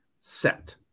set